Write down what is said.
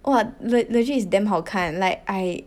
!wah! legit is damn 好看 like I